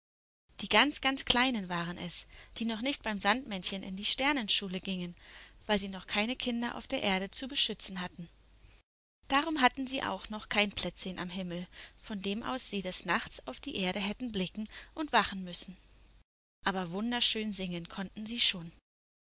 die ganz ganz kleinen waren es die noch nicht beim sandmännchen in die sternenschule gingen weil sie noch keine kinder auf der erde zu beschützen hatten darum hatten sie auch noch kein plätzchen am himmel von dem aus sie des nachts auf die erde hätten blicken und wachen müssen aber wunderschön singen konnten sie schon